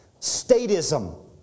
statism